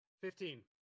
Fifteen